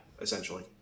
essentially